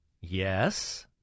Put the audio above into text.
Yes